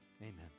Amen